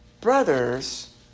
brothers